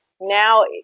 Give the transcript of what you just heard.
now